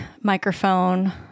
microphone